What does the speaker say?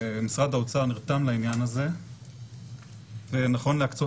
משרד האוצר נרתם לעניין הזה ונכון להקצות